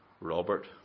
Robert